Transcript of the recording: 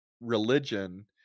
religion